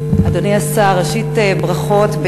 אדוני השר, ראשית, ברכות.